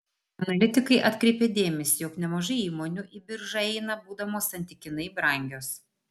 analitikai atkreipia dėmesį jog nemažai įmonių į biržą eina būdamos santykinai brangios